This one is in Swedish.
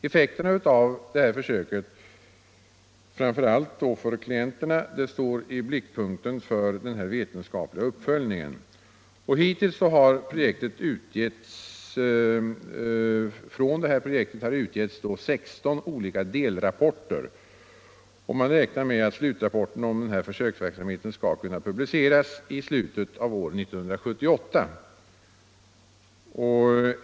Effekterna av det här försöket, framför allt för klienterna, står i blickpunkten för den vetenskapliga uppföljningen. Hittills har från projektet utgetts 16 olika delrapporter, och man räknar med att slutrapporten om försöksverksamheten skall kunna publiceras i slutet av år 1978.